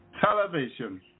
Television